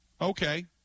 Okay